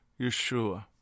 Yeshua